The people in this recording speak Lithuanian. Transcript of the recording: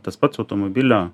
tas pats automobilio